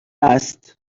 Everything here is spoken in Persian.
است